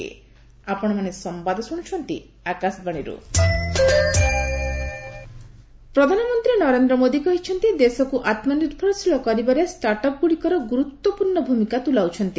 PM startup India ପ୍ରଧାନମନ୍ତ୍ରୀ ନରେନ୍ଦ୍ର ମୋଦି କହିଛନ୍ତି ଦେଶକୁ ଆତ୍ମନିର୍ଭରଶୀଳ କରିବାରେ ଷ୍ଟାର୍ଟଅପ୍ଗୁଡିକ ଗୁରୁତ୍ୱପୂର୍ଣ୍ଣ ଭୂମିକା ତୁଲାଉଛନ୍ତି